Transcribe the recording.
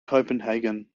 copenhagen